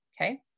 Okay